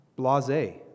Blase